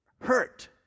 hurt